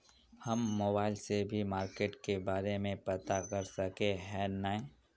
हम मोबाईल से भी मार्केट के बारे में पता कर सके है नय?